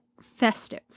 festive